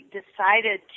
decided